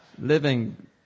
living